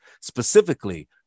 specifically